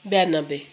बयानब्बे